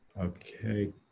Okay